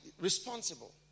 responsible